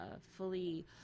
fully